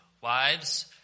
Wives